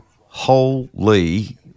holy